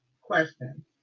question